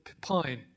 pine